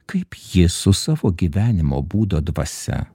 kaip jis su savo gyvenimo būdo dvasia